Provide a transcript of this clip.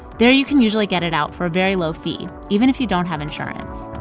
there you can usually get it out for a very low fee even if you don't have insurance.